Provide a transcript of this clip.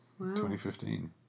2015